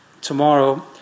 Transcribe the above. Tomorrow